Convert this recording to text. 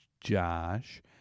Josh